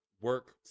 work